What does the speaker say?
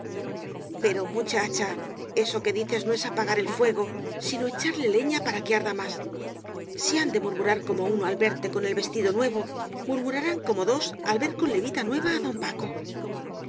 pero muchacha eso que dices no es apagar el fuego sino echarle leña para que arda más si han de murmurar como uno al verte con el vestido nuevo murmurarán como dos al ver con levita nueva á don paco